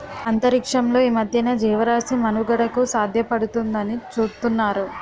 అంతరిక్షంలో ఈ మధ్యన జీవరాశి మనుగడకు సాధ్యపడుతుందాని చూతున్నారు